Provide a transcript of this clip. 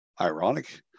Ironic